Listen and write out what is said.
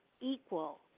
equal